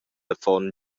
affon